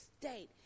state